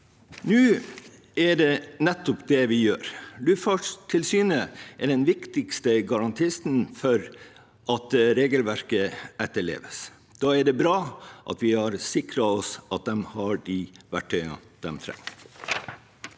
Nå er det nettopp det vi gjør. Luftfartstilsynet er den viktigste garantisten for at regelverket etterleves, og da er det bra at vi har sikret oss at de har de verktøyene de trenger.